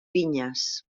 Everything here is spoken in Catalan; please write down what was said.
vinyes